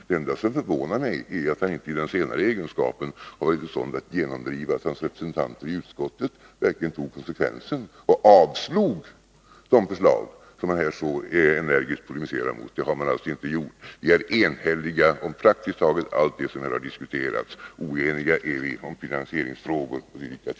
Det enda som förvånar mig är att han inte i den senare egenskapen har varit i stånd att genomdriva att hans representanter i utskottet — i konsekvens med de förslag som han här så energiskt polemiserar emot — också skulle avstyrka dessa förslag. Det har man alltså inte gjort. Vi har i utskottet varit enhälliga på praktiskt taget alla punkter som har diskuterats. Det som vi varit oeniga om gäller finansieringsfrågor och dylikt.